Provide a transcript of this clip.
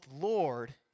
Lord